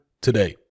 today